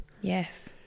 yes